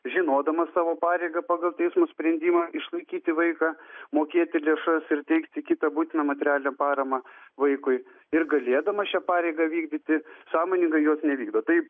žinodamas savo pareigą pagal teismo sprendimą išlaikyti vaiką mokėti lėšas ir teikti kitą būtiną materialinę paramą vaikui ir galėdamas šią pareigą vykdyti sąmoningai jos nevykdo tai